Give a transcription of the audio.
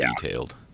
detailed